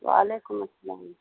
وعلیکم السلام